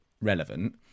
relevant